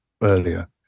earlier